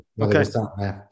Okay